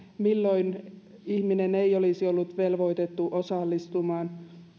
milloin ihminen ei olisi ollut velvoitettu osallistumaan